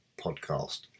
podcast